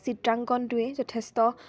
চিত্ৰাংকণটোৱে যথেষ্ট